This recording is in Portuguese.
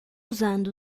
usando